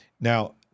Now